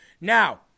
Now